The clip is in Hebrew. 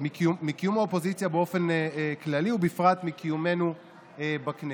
באופן כללי ובפרט מקיומנו בכנסת.